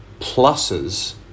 pluses